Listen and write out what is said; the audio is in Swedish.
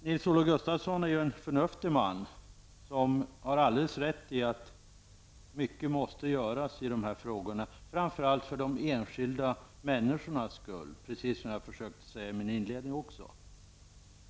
Nils-Olof Gustafsson är en förnuftig man, och han har helt rätt i att mycket måste göras i dessa frågor, framför allt för de enskilda människornas skull. Detta försökte jag också säga i min inledning.